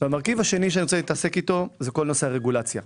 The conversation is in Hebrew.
והמרכיב השני שאני רוצה להתעסק איתו זה כל נושא הרגולציה.